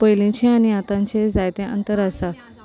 पयलींचे आनी आतांचे जायते अंतर आसा